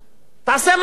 תעשה משהו.